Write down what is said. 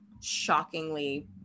shockingly